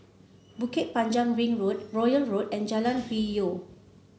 Bukit Panjang Ring Road Royal Road and Jalan Hwi Yoh